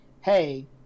Hey